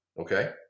okay